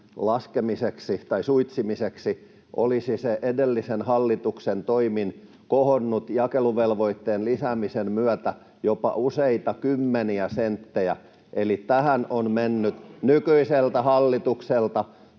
laskemiseksi tai suitsimiseksi, olisi se edellisen hallituksen toimin kohonnut jakeluvelvoitteen lisäämisen myötä jopa useita kymmeniä senttejä. Eli tähän on mennyt nykyiseltä hallitukselta